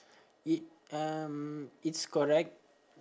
it um it's correct